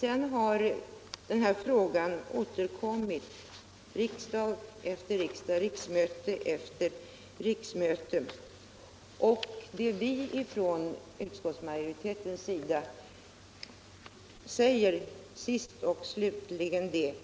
Sedan dess har denna fråga återkommit riksdag efter riksdag och riksmöte efter riksmöte. Vad vi i utskottsmajoriteten sist och slutligen säger är att utskottet